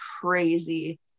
crazy